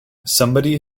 somebody